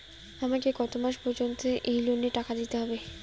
আমাকে কত মাস পর্যন্ত এই লোনের টাকা দিতে হবে?